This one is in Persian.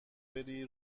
بری